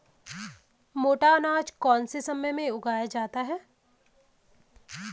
मोटा अनाज कौन से समय में उगाया जाता है?